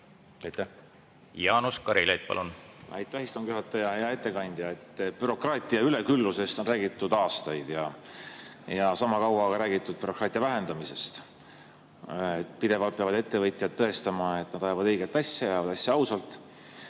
Jaanus Karilaid, palun!